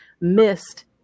missed